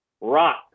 rock